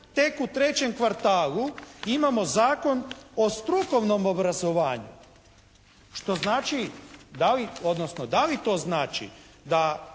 Tek u trećem kvartalu imamo Zakon o strukovnom obrazovanju. Što znači, odnosno da li to znači da